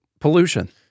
pollution